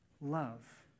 love